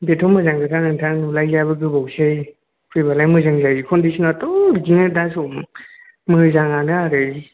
बेथ' मोजांनि खोथा नोंथां नुलायैयाबो गोबावसै फैबालाय मोजां जायो कन्डिसनाथ' बिदिनो दा सम मोजाङानो आरो